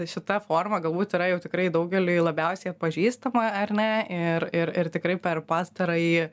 šita forma galbūt yra jau tikrai daugeliui labiausiai atpažįstama ar ne ir ir ir tikrai per pastarąjį